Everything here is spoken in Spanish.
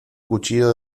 cuchillo